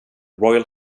royal